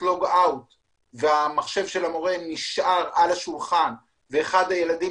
log out והמחשב של המורה נשאר על השולחן ואחד הילדים